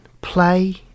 play